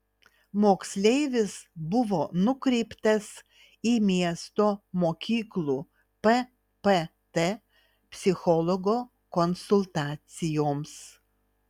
moksleivis buvo nukreiptas į miesto mokyklų ppt psichologo konsultacijoms